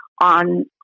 on